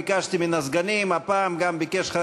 כך ביקשתי מן הסגנים.